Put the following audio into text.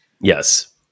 Yes